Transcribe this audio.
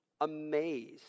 amazed